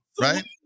right